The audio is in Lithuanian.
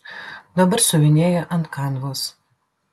dabar siuvinėja ant kanvos